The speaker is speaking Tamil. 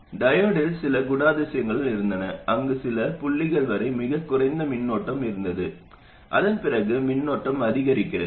டையோடில் சில குணாதிசயங்களும் இருந்தன அங்கு சில புள்ளிகள் வரை மிகக் குறைந்த மின்னோட்டம் இருந்தது அதன் பிறகு மின்னோட்டம் அதிகரிக்கிறது